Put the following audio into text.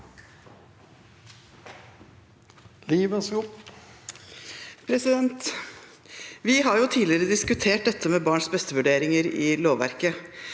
Vi har tidligere diskutert barns beste-vurderinger i lovverket.